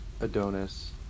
Adonis